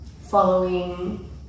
following